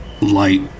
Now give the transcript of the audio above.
light